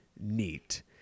neat